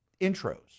intros